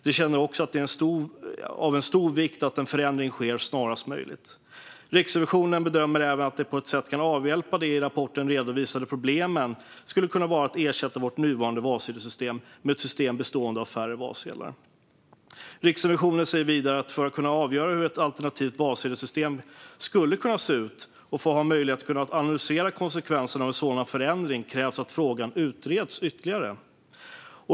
De känner också att det är av stor vikt att en förändring sker snarast möjligt. Riksrevisionen bedömer även att ett sätt att avhjälpa de i rapporten redovisade problemen skulle kunna vara att ersätta vårt nuvarande valsedelssystem med ett system bestående av färre valsedlar. Riksrevisionen säger vidare att för att kunna avgöra hur ett alternativt valsedelssystem skulle kunna se ut och ha möjlighet att analysera konsekvenserna av en sådan förändring krävs att frågan utreds ytterligare.